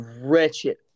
wretched